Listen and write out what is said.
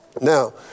Now